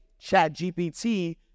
ChatGPT